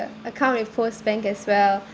account in first bank as well